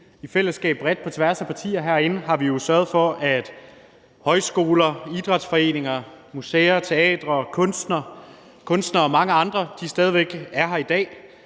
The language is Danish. bredt samarbejde på tværs af partier har vi jo sørget for, at højskoler, idrætsforeninger, museer, teatre og kunstnere og mange andre stadig væk er her i dag.